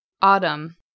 Autumn